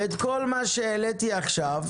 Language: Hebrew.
כל מה שהעליתי עכשיו,